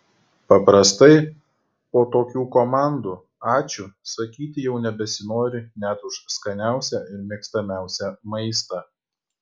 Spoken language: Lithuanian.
paprastai po tokių komandų ačiū sakyti jau nebesinori net už skaniausią ir mėgstamiausią maistą